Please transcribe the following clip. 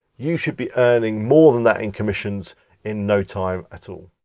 you should be earning more than that in commissions in no time at all.